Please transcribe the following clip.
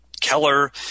Keller